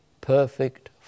perfect